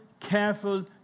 careful